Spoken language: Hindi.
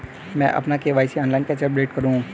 मैं अपना के.वाई.सी ऑनलाइन कैसे अपडेट करूँ?